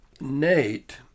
Nate